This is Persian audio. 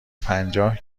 پنجاه